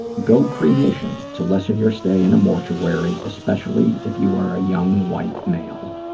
go cremation to lessen your stay in a mortuary, especially if you are a young, white male.